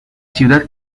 ciudad